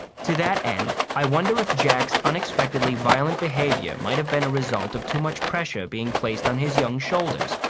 to that end, i wonder if jack's unexpectedly violent behavior might have been a result of too much pressure being placed on his young shoulders?